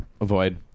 Avoid